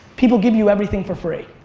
people give you everything for free.